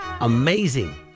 amazing